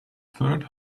third